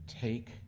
take